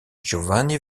giovanni